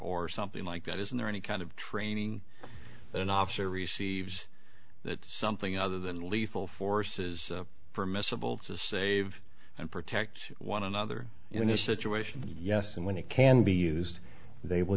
or something like that isn't there any kind of training an officer receives that something other than lethal force is permissible to save and protect one another in a situation yes and when it can be used they will